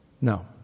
No